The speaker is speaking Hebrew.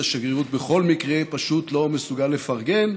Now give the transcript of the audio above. השגרירות בכל מקרה פשוט לא מסוגל לפרגן,